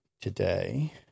today